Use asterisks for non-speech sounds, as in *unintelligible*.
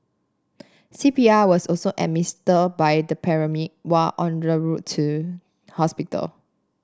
C P R was also *unintelligible* by the paramedic while are route to hospital